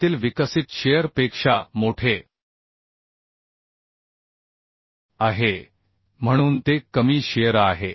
त्यातील विकसित शिअर पेक्षा मोठे आहे म्हणून ते कमी शिअर आहे